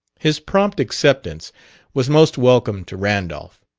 his prompt acceptance was most welcome to randolph.